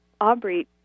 Aubrey